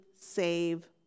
save